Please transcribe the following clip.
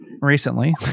recently